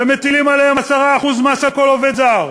ומטילים עליהם 10% מס על כל עובד זר,